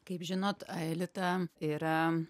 kaip žinot aelita yra